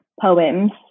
poems